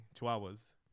chihuahuas